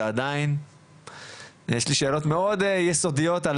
ועדיין יש לי שאלות מאוד יסודיות על